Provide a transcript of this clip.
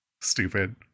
stupid